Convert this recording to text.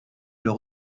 leur